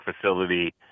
facility